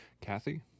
Kathy